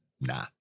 nah